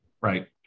Right